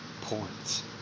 points